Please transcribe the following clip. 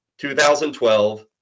2012